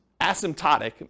asymptotic